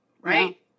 Right